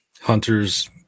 Hunter's